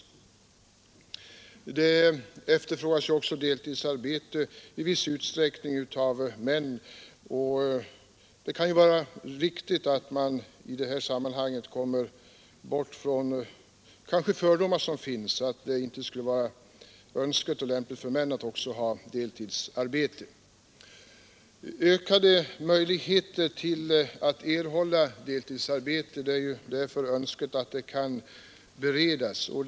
I viss utsträckning efterfrågas deltidsarbete även av män, och det kan kanske i detta sammanhang vara riktigt att man kommer bort från de fördomar, som kanske finns om att det inte skulle vara önskvärt och lämpligt för män att också ha ett deltidsarbete. Det vore därför önskvärt med ökade möjligheter att erhålla deltidsarbete.